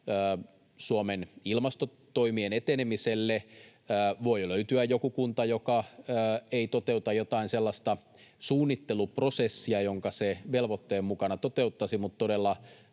Suomen ilmastotoimien etenemiselle. Voi löytyä joku kunta, joka ei toteuta jotain sellaista suunnitteluprosessia, jonka se velvoitteen mukana toteuttaisi, mutta todella